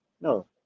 No